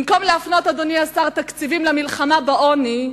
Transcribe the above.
במקום להפנות, אדוני השר, תקציבים למלחמה בעוני,